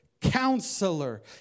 counselor